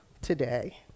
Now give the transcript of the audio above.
today